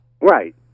Right